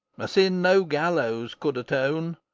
a sin no gallows could atone.